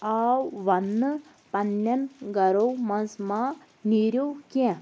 آو وننہٕ پننیٚن گھرو منٛز ما نیرِو کیٚنٛہہ